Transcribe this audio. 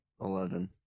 Eleven